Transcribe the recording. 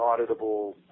auditable